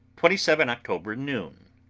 twenty seven october, noon.